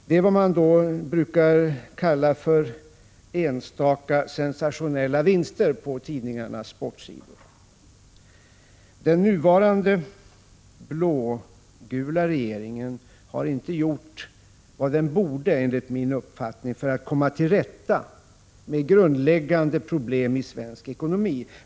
Det är vad man på tidningarnas sportsidor brukar kalla enstaka sensationella vinster. Den nuvarande blå-gula regeringen har inte gjort vad den borde enligt min uppfattning för att komma till rätta med grundläggande problem i svensk ekonomi.